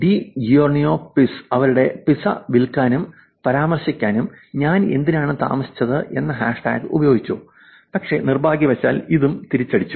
D Giorno pizza അവരുടെ pizza വിൽക്കാനും പരാമർശിക്കാനും ഞാൻ എന്തിനാണ് താമസിച്ചത് എന്ന ഹാഷ്ടാഗ് ഉപയോഗിച്ചു പക്ഷേ നിർഭാഗ്യവശാൽ ഇതും തിരിച്ചടിച്ചു